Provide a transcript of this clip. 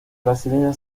brasileña